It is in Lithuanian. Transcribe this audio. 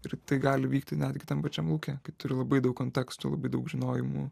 ir tai gali vykti netgi tam pačiam lauke kai turi labai daug kontekstų labai daug žinojimų